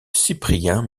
cyprien